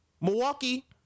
Milwaukee